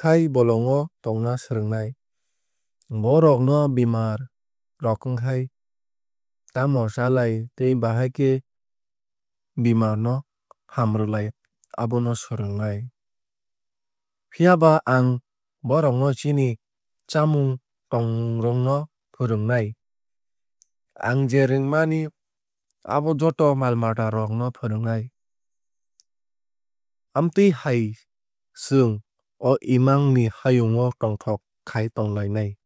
khai bolong o tongna swrwngnai. Bohrok no bemar rok wngkhai tamo chalai tei bahai khe bemar no hamrwlai abono swrwngnai. Phiaba ang bohrok no chini chamung tongmug rok no fwrwngnai. Ang je rwngmani abono joto mal mata rok no fwrwngnai. Amtwui hai chwng o imang ni hayung o tongthok khai tonglainai.